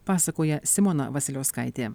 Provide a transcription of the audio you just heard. pasakoja simona vasiliauskaitė